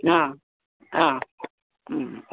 ಆಂ ಆಂ ಹ್ಞೂ